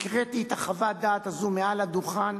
הקראתי את חוות הדעת הזאת מעל הדוכן